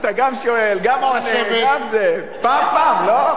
אתה גם שואל, גם עונה, פעם פעם, לא?